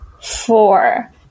four